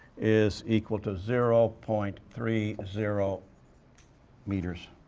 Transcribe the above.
is equal to zero point three zero meters.